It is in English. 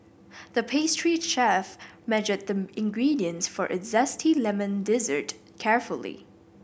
the pastry chef measured the ingredients for a zesty lemon dessert carefully